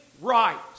right